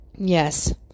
Yes